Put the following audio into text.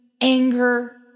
anger